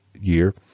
Year